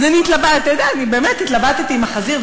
אז אני באמת התלבטתי עם החזיר,